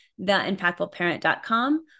theimpactfulparent.com